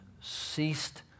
ceased